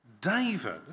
David